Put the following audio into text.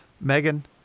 Megan